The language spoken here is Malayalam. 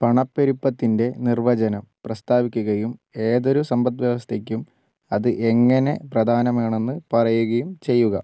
പണപ്പെരുപ്പത്തിൻ്റെ നിർവചനം പ്രസ്താവിക്കുകയും ഏതൊരു സമ്പദ്വ്യവസ്ഥയ്ക്കും അത് എങ്ങനെ പ്രധാനമാണെന്ന് പറയുകയും ചെയ്യുക